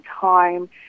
time